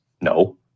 No